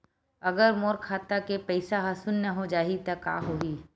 अगर मोर खाता के पईसा ह शून्य हो जाही त का होही?